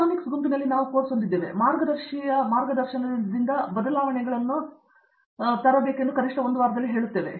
photonics ಗುಂಪಿನಲ್ಲಿ ನಾವು course ಹೊಂದಿದ್ದೇವೆ ಮಾರ್ಗದರ್ಶಿ ಮಾರ್ಗದರ್ಶನದಿಂದ ಬದಲಾವಣೆಗಳನ್ನು ಕನಿಷ್ಠ ಒಂದು ವಾರದಲ್ಲೇ ಹೇಳುತ್ತೇವೆ